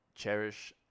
Cherish